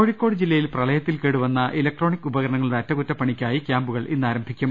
കോഴിക്കോട് ജില്ലയിൽ പ്രളയത്തിൽ കേടുവന്ന ഇലക്ട്രോണിക് ഉപകരണങ്ങളുടെ അറ്റകുറ്റപ്പണിക്കായി ക്യാമ്പുകൾ ഇന്നാരംഭിക്കും